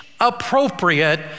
appropriate